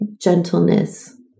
gentleness